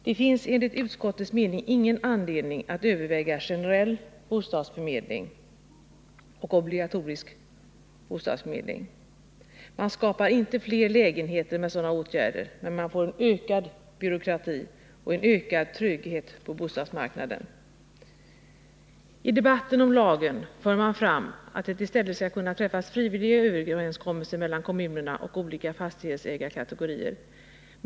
Det finns enligt utskottets mening ingen anledning att överväga generell och obligatorisk bostadsförmedling. Man skapar inte fler lägenheter med sådana åtgärder, utan man får i stället en ökad byråkrati och tröghet på bostadsmarknaden. I debatten om lagen för man fram att det i stället skall kunna träffas frivilliga överenskommelser mellan kommunerna och olika fastighetsägarkategorier.